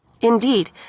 Indeed